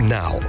now